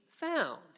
found